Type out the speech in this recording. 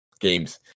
Games